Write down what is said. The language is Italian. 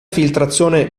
filtrazione